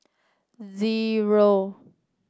zero